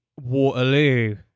Waterloo